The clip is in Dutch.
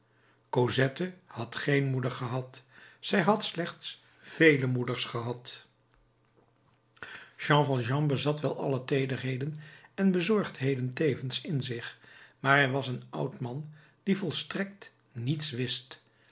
cosette had geen moeder gehad zij had slechts vele moeders gehad jean valjean bezat wel alle teederheden en bezorgdheden tevens in zich maar hij was een oud man die volstrekt niets wist